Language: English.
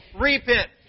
Repent